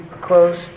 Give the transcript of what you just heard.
close